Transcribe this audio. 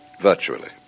Virtually